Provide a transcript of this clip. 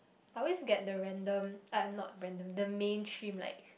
I always get the random uh not random the mainstream like